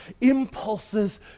impulses